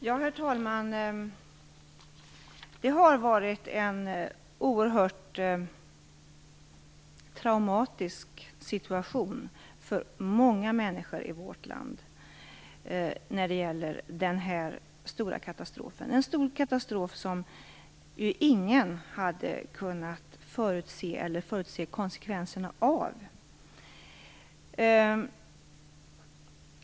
Herr talman! Det har varit en oerhört traumatisk situation för många människor i vårt land när det gäller denna stora katastrof - en stor katastrof som ingen hade kunnat förutse eller hade kunnat förutse konsekvenserna av.